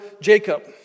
Jacob